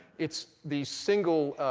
it's the single